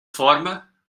forma